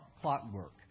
clockwork